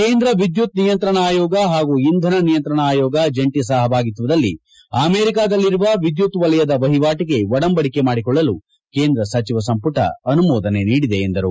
ಕೇಂದ್ರ ವಿದ್ಯುತ್ ನಿಯಂತ್ರಣ ಆಯೋಗ ಹಾಗೂ ಇಂಧನ ನಿಯಂತ್ರಣ ಆಯೋಗ ಜಂಟಿ ಸಹಭಾಗಿತ್ವದಲ್ಲಿ ಅಮೆರಿಕಾದಲ್ಲಿರುವ ವಿದ್ಯುತ್ ವಲಯದ ವಹಿವಾಟಿಗೆ ಒದಂಬಡಿಕೆ ಮಾಡಿಕೊಳ್ಳಲು ಕೇಂದ್ರ ಸಚಿವ ಸಂಪುಟ ಅನುಮೋದನೆ ನೀಡಿದೆ ಎಂದರು